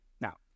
Now